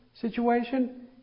situation